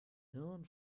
hirn